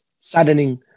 saddening